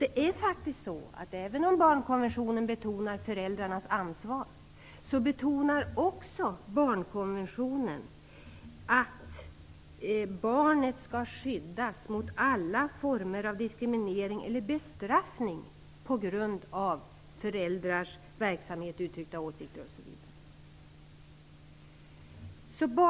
Även om det är så att barnkonventionen betonar föräldrarnas ansvar, betonar den faktiskt också att barnet skall skyddas mot alla former av diskriminering eller bestraffning på grund av föräldrars verksamhet, uttryckta åsikter osv.